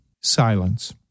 Silence